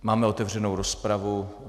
Máme otevřenou rozpravu.